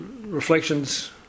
reflections